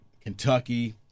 Kentucky